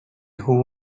who